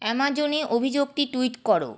Amazon এ অভিযোগটি tweet করো